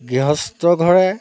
গৃহস্থ ঘৰে